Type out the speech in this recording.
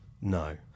No